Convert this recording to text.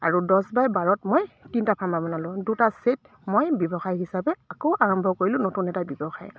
আৰু দহ বাই বাৰত মই তিনিটা ফাৰ্মাৰ বনালোঁ দুটা ছেট মই ব্যৱসায় হিচাপে আকৌ আৰম্ভ কৰিলোঁ নতুন এটা ব্যৱসায়